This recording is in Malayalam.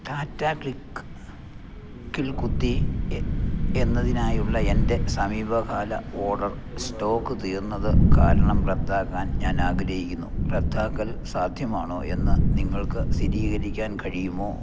ടാറ്റ ക്ലിക്കിൽ കുര്ത്തി എന്നതിനായുള്ള എൻ്റെ സമീപകാല ഓർഡർ സ്റ്റോക്ക് തീർന്നതുകാരണം റദ്ദാക്കാൻ ഞാനാഗ്രഹിക്കുന്നു റദ്ദാക്കൽ സാധ്യമാണോയെന്ന് നിങ്ങൾക്ക് സ്ഥിരീകരിക്കാൻ കഴിയുമോ